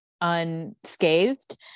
unscathed